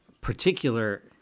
particular